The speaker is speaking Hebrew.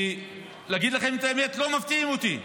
אגיד לכם את האמת, לא מפתיעים אותי,